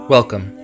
Welcome